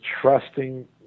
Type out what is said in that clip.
trusting